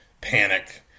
panic